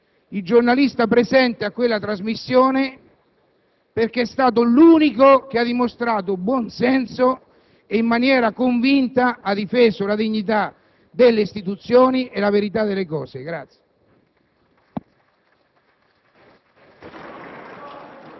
Vorrei ringraziare, invece, colleghi, il giornalista presente a quella trasmissione, perché è stato l'unico che ha dimostrato buonsenso e in maniera convinta ha difeso la dignità delle istituzioni e la verità delle cose.